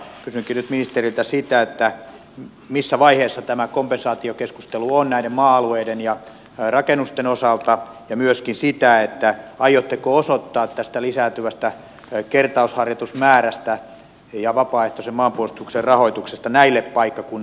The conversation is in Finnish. kysynkin nyt ministeriltä sitä missä vaiheessa tämä kompensaatiokeskustelu on näiden maa alueiden ja rakennusten osalta ja myöskin sitä aiotteko osoittaa tästä lisääntyvästä kertausharjoitusmäärästä ja vapaaehtoisen maanpuolustuksen rahoituksesta näille paikkakunnille erityisesti